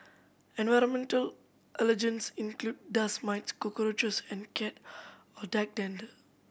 environmental allergens include dust mites cockroaches and cat or dander